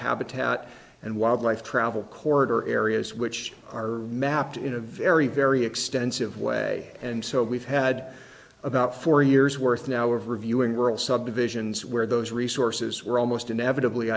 habitat and wildlife travel corridor areas which are mapped in a very very extensive way and so we've had about four years worth now of reviewing rural subdivisions where those resources were almost inevitably